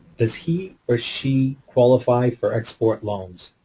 does he or she qualify for export loans?